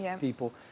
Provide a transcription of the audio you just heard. people